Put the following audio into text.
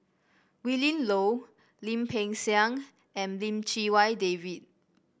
Willin Low Lim Peng Siang and Lim Chee Wai David